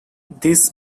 this